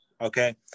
Okay